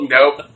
Nope